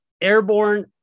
Airborne